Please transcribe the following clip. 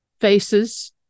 faces